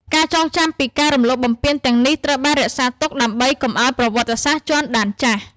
ការចងចាំពីការរំលោភបំពានទាំងនេះ ត្រូវបានរក្សាទុកដើម្បីកុំឱ្យប្រវត្តិសាស្ត្រជាន់ដានចាស់។